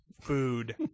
food